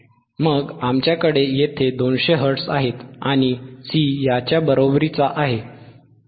मग आपल्याकडे येथे 200 हर्ट्ज आहेत आणि C याच्या बरोबरीचे आहे